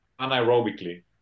anaerobically